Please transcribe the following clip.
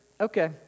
okay